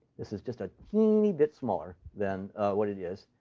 this is just a teeny bit smaller than what it is.